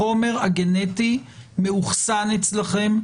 החומר הגנטי מאוחסן אצלכם,